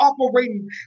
operating